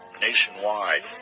nationwide